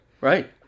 right